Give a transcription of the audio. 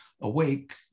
awake